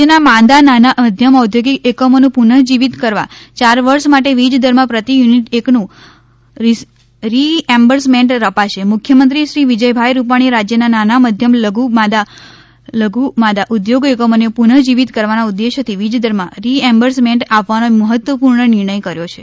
રાજ્યના માંદા નાના મધ્યમ ઔદ્યોગિક એકમોને પુનઃજીવીત કરવા ચાર વર્ષ માટે વીજ દરમાં પ્રતિ યુનિટ એકનું રિએમ્બર્સમેન્ટ અપાશે મુખ્યમંત્રી શ્રી વિજયભાઇ રૂપાણીએ રાજ્યના નાના મધ્યમ લધુ માંદા ઊદ્યોગ એકમોને પૂનજીવીત કરવાના ઉદ્દેશ્યથી વીજ દરમાં રિએમ્બર્સમેન્ટ આપવાનો મહત્વપૂર્ણ નિર્ણય કર્યો છે